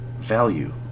value